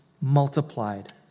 multiplied